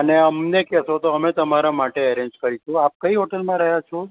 અને અમને કહેશો તો અમે તમારા માટે અરેન્જ કરીશું આપ કઈ હોટલમાં રહ્યા છો